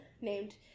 named